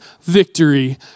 victory